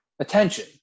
Attention